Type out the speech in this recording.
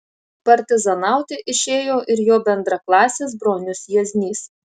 partizanauti išėjo ir jo bendraklasis bronius jieznys